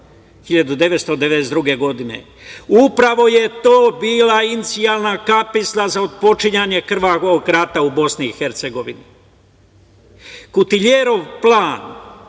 1992. godine. Upravo je to bila inicijalna kapisla za otpočinjanje krvavog rata u BiH.Kutiljerov plan